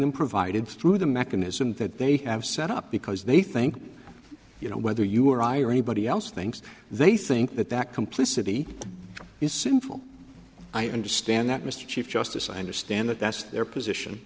them provided through the mechanism that they have set up because they think you know whether you or i or anybody else thinks they think that that complicity is sinful i understand that mr chief justice i understand that that's their position